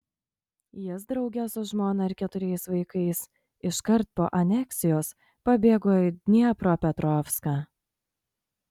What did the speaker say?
jis drauge su žmona ir keturiais vaikais iškart po aneksijos pabėgo į dniepropetrovską